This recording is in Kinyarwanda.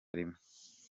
rimwe